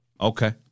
Okay